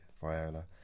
Viola